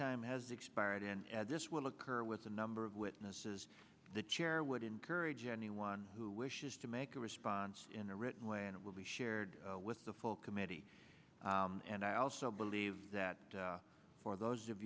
time has expired and this will occur with a number of witnesses the chair would encourage anyone who wishes to make a response in a written way and it will be shared with the full committee and i also believe that for those of